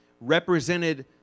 represented